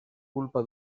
culpa